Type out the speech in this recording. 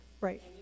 Right